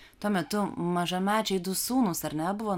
tuo metu mažamečiai du sūnūs ar nebuvo